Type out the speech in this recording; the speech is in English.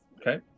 Okay